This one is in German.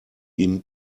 ihm